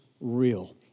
real